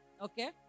Okay